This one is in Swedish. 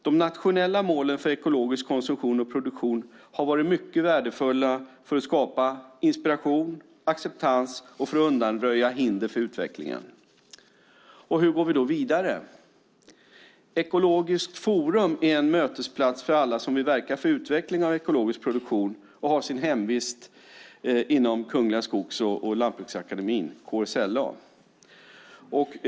De nationella målen för ekologisk konsumtion och produktion har varit mycket värdefulla för att skapa inspiration, acceptans och för att undanröja hinder för utvecklingen. Hur går vi då vidare? Ekologiskt Forum är en mötesplats för alla som vill verka för utveckling av ekologisk produktion och har sin hemvist inom Kungliga Skogs och Lantbruksakademien, KSLA.